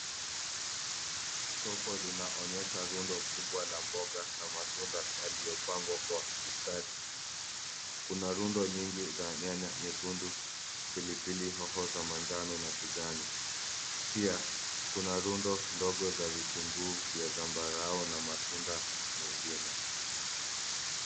Soko linaonyesha rundo kubwa la mboga na matunda yaliyopangwa kwa ustadi. Kuna rundo nyingi za nyanya nyekundu, pilipili hoho za manjano na kijani. Pia, kuna rundo ndogo za vitunguu ya zambarau na matunda mengine.